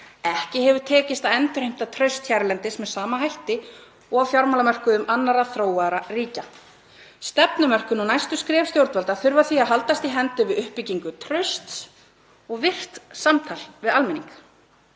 Ekki hefur tekist að endurheimta traust hérlendis með sama hætti og á fjármálamörkuðum annarra þróaðra ríkja. Stefnumörkun og næstu skref stjórnvalda þurfa því að haldast í hendur við uppbyggingu trausts og virkt samtal við almenning.“